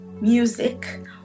music